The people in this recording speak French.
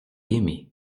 aimé